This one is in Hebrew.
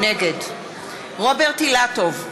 נגד רוברט אילטוב,